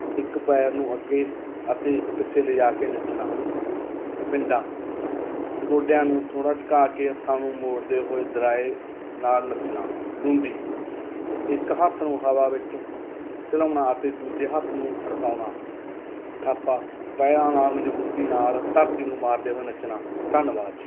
ਇੱਕ ਪੈਰ ਨੂੰ ਅੱਗੇ ਅਤੇ ਪਿੱਛੇ ਲਿਜਾ ਕੇ ਨੱਚਣਾ ਪਿੰਡਾਂ ਗੋਡਿਆਂ ਨੂੰ ਥੋੜ੍ਹਾ ਝੁਕਾ ਕੇ ਹੱਥਾਂ ਨੂੰ ਮੋੜਦੇ ਹੋਏ ਦਰਾਏ ਨਾਲ ਨੱਚਣਾ ਲੂੰਦੀ ਇੱਕ ਹੱਥ ਨੂੰ ਹਵਾ ਵਿੱਚ ਝੁਲਾਉਣਾ ਅਤੇ ਦੂਜੇ ਹੱਥ ਨੂੰ ਖੜਕਾਉਣਾ ਥਾਪਾ ਪੈਰਾਂ ਨਾਲ ਮਜ਼ਬੂਤੀ ਨਾਲ ਧਰਤੀ ਨੂੰ ਮਾਰਦੇ ਹੋਏ ਨੱਚਣਾ ਧੰਨਵਾਦ ਜੀ